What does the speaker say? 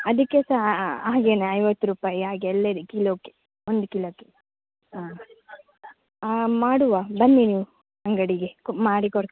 ಅದಕ್ಕೆ ಸಹ ಹಾಗೇನೆ ಐವತ್ತು ರೂಪಾಯಿ ಹಾಗೆ ಎಲ್ಲದಕ್ಕೆ ಕಿಲೋಗೆ ಒಂದು ಕಿಲೋಗೆ ಹಾಂ ಹಾಂ ಮಾಡುವ ಬನ್ನಿ ನೀವು ಅಂಗಡಿಗೆ ಕೊ ಮಾಡಿ ಕೊಡ್ತೇನೆ